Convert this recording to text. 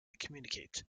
communicate